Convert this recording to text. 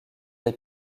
les